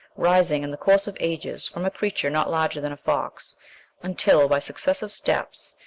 rising, in the course of ages, from a creature not larger than a fox until, by successive steps,